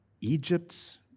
Egypt's